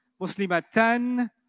muslimatan